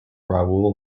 raoul